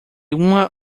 uma